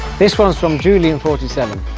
this one is from julian forty seven.